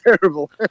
terrible